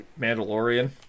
Mandalorian